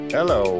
Hello